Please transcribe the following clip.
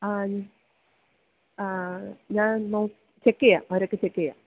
ആ ആ ഞാൻ നോക്കി ചെക്ക് ചെയ്യാം അവരൊക്കെ ചെക്ക് ചെയ്യാം